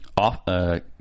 off